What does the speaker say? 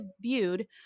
viewed